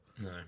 No